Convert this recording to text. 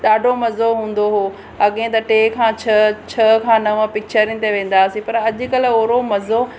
ॾाढो मज़ो हूंदो हुओ अॻिए त टे खां छह छह खां नव पिचरनि ते वेंदा हुआसीं पर अॼुकल्ह ओहिड़ो मज़ो